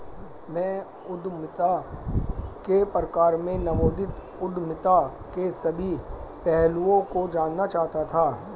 मैं उद्यमिता के प्रकार में नवोदित उद्यमिता के सभी पहलुओं को जानना चाहता था